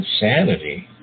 insanity